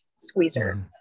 squeezer